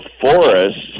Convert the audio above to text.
forests